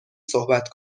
صحبت